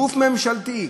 גוף ממשלתי,